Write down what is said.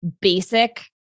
basic